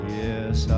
yes